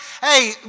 Hey